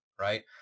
right